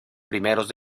primeros